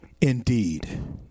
indeed